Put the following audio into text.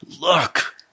look